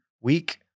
week –